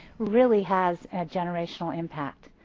really has a generational impact.